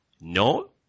no